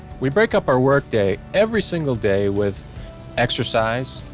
we break up our work day every single day with exercise,